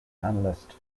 analyst